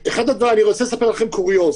אני רוצה לספר לכם קוריוז.